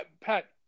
Pat